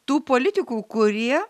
tų politikų kurie